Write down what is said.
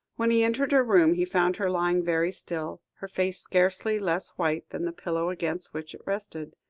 when he entered her room, he found her lying very still, her face scarcely less white than the pillow against which it rested,